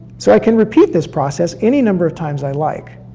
so i can repeat this process any number of times i like.